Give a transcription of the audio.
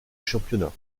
championnat